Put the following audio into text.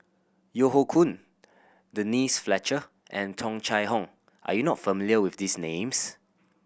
Yeo Hoe Koon Denise Fletcher and Tung Chye Hong are you not familiar with these names